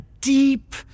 deep